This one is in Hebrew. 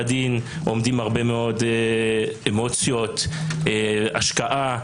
הדין" עומדות הרבה מאוד אמוציות והרבה מאוד השקעה.